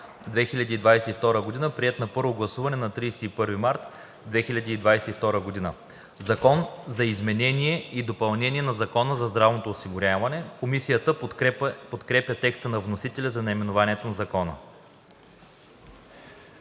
2022 г., приет на първо гласуване на 31 март 2022 г. „Закон за изменение и допълнение на Закона за здравното осигуряване (обн., ДВ, бр. ...)“. Комисията подкрепя текста на вносителя за наименованието на Закона.